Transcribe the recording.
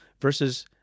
versus